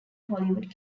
hollywood